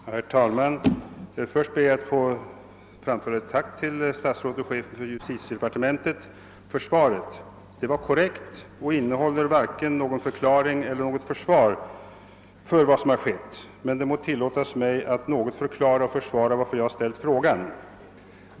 Herr talman! Först ber jag att få framföra ett tack till statsrådet och chefen för justitiedepartementet för svaret. Det var korrekt och innehöll varken någon förklaring till eller något försvar för vad som har skett, men det må tillåtas mig att något förklara och försvara min fråga.